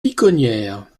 piconnières